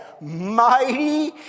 Mighty